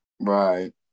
Right